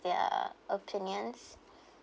their opinions